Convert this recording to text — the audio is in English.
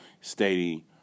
stating